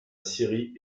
syrie